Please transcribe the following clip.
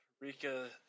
Rika